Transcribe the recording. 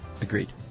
Agreed